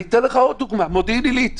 אני אתן לך עוד דוגמה, מודיעין עילית.